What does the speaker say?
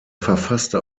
verfasste